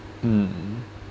mm